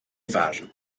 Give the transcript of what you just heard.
farn